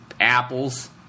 apples